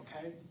okay